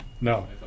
No